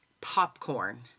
popcorn